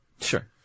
Sure